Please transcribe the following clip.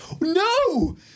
no